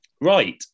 Right